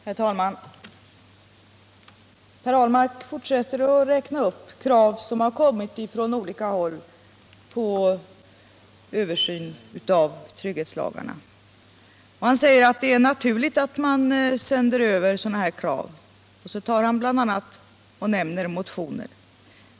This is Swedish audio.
Herr talman! Per Ahlmark fortsätter att räkna upp krav som kommit från olika håll på en översyn av trygghetslagarna. Han säger att det är naturligt att man sänder över dessa krav till utredningen, och så nämner han bl.a. motioner.